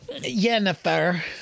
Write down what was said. Jennifer